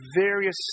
various